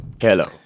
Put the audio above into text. hello